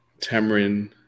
tamarind